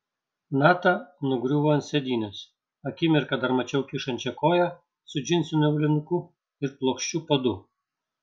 nata nugriuvo ant sėdynės akimirką dar mačiau kyšančią koją su džinsiniu aulinuku ir plokščiu padu